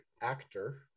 actor